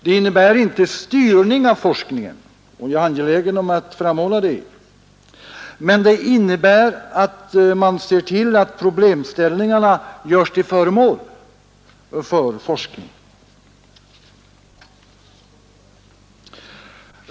Det innebär inte styrning av forskningen — jag är givetvis angelägen om att framhålla detta — men det innebär att man ser till att problemställningarna görs till föremål för forskning.